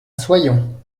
soyons